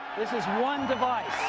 this is one device.